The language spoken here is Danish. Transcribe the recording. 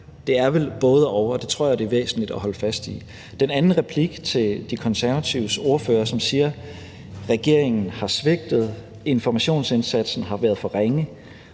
Det er vel både-og, og det tror jeg er væsentligt at holde fast i. Den anden replik er til De Konservatives ordfører, som siger, at regeringen har svigtet, at informationsindsatsen har været for ringe.